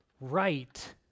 right